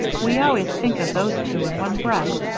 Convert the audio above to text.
we always think of those two in one breath,